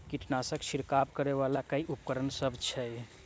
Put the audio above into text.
कीटनासक छिरकाब करै वला केँ उपकरण सब छै?